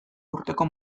urteko